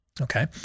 Okay